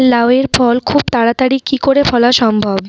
লাউ এর ফল খুব তাড়াতাড়ি কি করে ফলা সম্ভব?